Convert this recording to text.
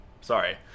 Sorry